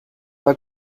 pas